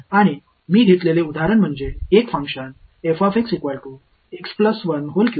மேலும் நான் எடுத்த உதாரணம் ஒரு செயல்பாடு மற்றும் இடைவெளி 1 முதல் 1 வரை